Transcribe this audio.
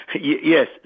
Yes